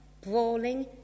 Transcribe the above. brawling